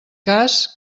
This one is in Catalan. cas